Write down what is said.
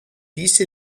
diese